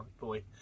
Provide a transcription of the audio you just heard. boy